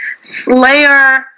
Slayer